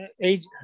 age